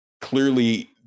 clearly